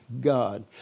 God